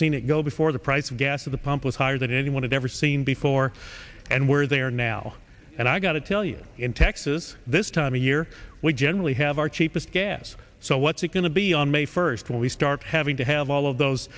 seen it go before the price of gas at the pump was higher than anyone had ever seen before and where they are now and i got to tell you in texas this time of year we generally have our cheapest gas so what's it going to be on may first when we start having to have all of those